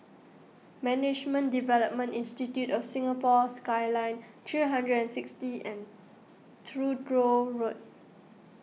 Management Development Institute of Singapore Skyline three hundred and sixty and Truro Road